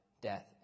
death